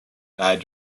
died